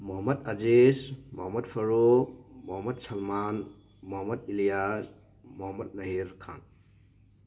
Mohammad Aziz Mohammad Farooq Mohammad Salman Mohammad Aliyat Mohammad Mahir Khan